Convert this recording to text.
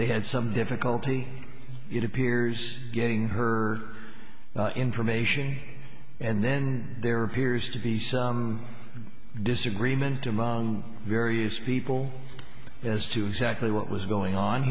they had some difficulty it appears getting her information and then their peers to be disagreement among various people is to exactly what was going on